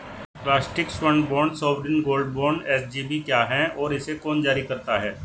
राष्ट्रिक स्वर्ण bond sovereign gold bond SGB क्या है और इसे कौन जारी करता है?